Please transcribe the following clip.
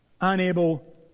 unable